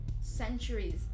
centuries